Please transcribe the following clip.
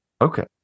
okay